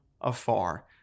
afar